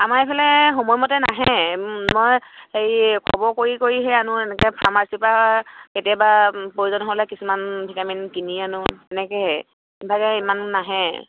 আমাৰ এইফালে সময় মতে নাহে মই হেৰি খবৰ কৰি কৰিহে আনো এনেকৈ ফাৰ্মাচীৰপৰা কেতিয়াবা প্ৰয়োজন হ'লে কিছুমান ভিটামিন কিনি আনো এনেকৈহে ইভাগে ইমান নাহে